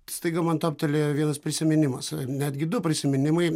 staiga man toptelėjo vienas prisiminimas netgi du prisiminimai